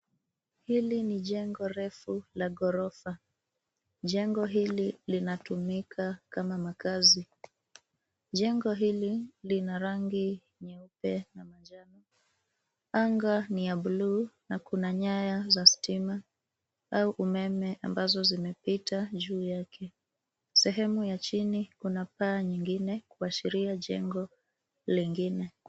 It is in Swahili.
Hili ni jengo refu la ghorofa. Jengo hili linatumika kama makazi. Jengo hili lina rangi nyeupe na manjano. Anga ni ya bluu na nyaya za stima au umeme ambazo zimepita juu yake. Sehemu ya chini kuna paa nyingine kuashiria jengo lingine.